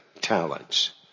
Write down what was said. Talents